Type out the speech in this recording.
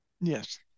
Yes